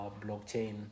blockchain